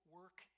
work